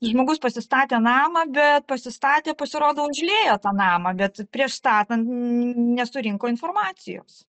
žmogus pasistatė namą bet pasistatė pasirodo užliejo tą namą bet prieš statant nesurinko informacijos